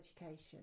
education